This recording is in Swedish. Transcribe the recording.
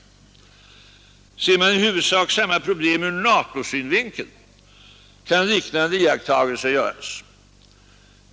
Ser man i huvudsak samma problem ur NATO-synvinkel kan liknande iakttagelser göras.